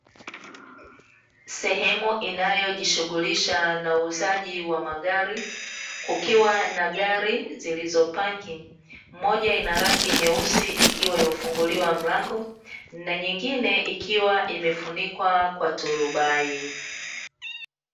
Sehemu inayojishughulisha na uuzaji wa magari, kukiwa na gari zilizopaki moja ina rangi nyeusi ikiwa imefunguliwa mlango na nyingine ikiwa imefunikwa kwa turubai.